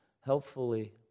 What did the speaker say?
helpfully